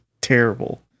terrible